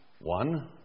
one